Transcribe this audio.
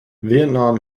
vietnam